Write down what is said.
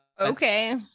okay